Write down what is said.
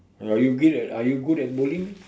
are you good are you good at bowling